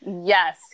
Yes